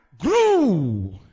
grew